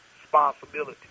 responsibility